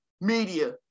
media